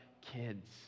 kids